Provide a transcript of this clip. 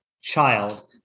child